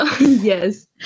Yes